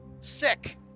Sick